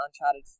Uncharted